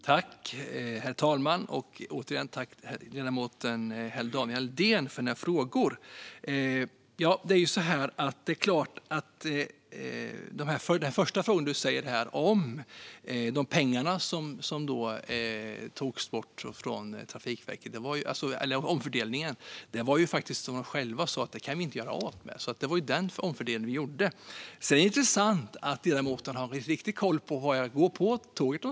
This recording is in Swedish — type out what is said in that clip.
Herr talman! Återigen tack, ledamoten Daniel Helldén, för dina frågor! Den första frågan var om pengarna som togs bort från Trafikverket. Det var faktiskt pengar som de själva sa att de inte kunde göra av med. Därför gjorde vi den omfördelningen. Sedan är det intressant att ledamoten har riktig koll på var jag går på tåget.